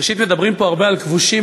ראשית, מדברים פה הרבה על כבושים.